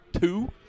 two